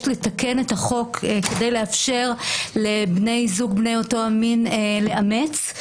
לתקן את החוק כדי לאפשר לבני זוג בני אותו המין לאמץ.